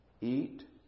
eat